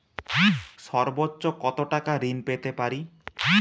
সর্বোচ্চ কত টাকা ঋণ পেতে পারি?